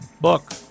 Book